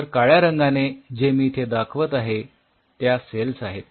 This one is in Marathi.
तर काळ्या रंगाने जे मी इथे दाखवत आहे त्या सेल्स आहेत